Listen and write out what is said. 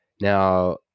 Now